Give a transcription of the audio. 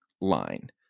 line